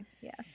Yes